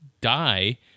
die